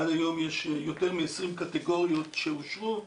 עד היום יש יותר מ-20 קטגוריות שאושרו,